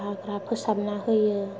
हाग्रा फोसाबना होयो